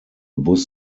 bus